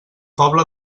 pobla